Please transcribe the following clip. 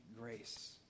grace